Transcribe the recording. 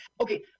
Okay